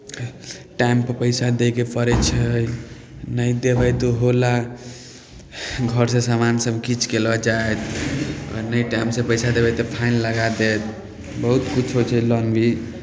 टाइमपर पैसा दयके पड़ै छै नहि देबै तऽ ओहो लए घरसँ सामानसभ घीँच कऽ लऽ जायत आ नहि टाइमसँ पैसा देबै तऽ फाइन लगा देत बहुत किछु होइ छै लोनमे